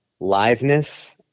liveness